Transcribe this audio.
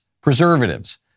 preservatives